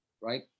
right